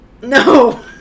no